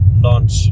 launch